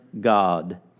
God